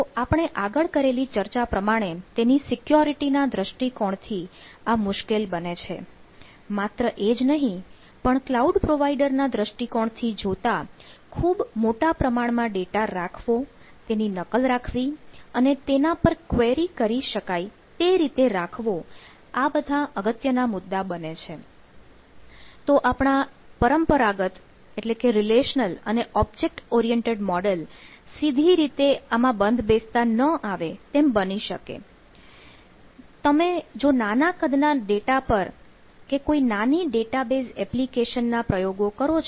તો આપણે આગળ કરેલી ચર્ચા પ્રમાણે તેની સિક્યોરિટી કરી શકાય તે રીતે રાખવો આ બધા અગત્યના મુદ્દા બને છે